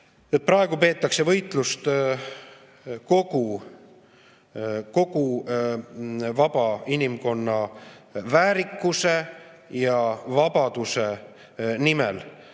Praegu peetakse võitlust kogu vaba inimkonna väärikuse ja vabaduse nimel.